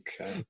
Okay